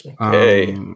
Okay